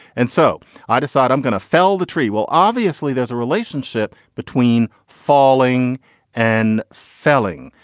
and so i decide i'm going to fill the tree well obviously there's a relationship between falling and felling.